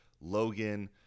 logan